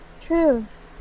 Truth